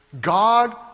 God